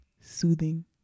soothing